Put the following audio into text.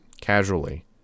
casually